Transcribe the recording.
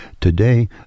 Today